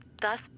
Thus